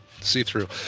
see-through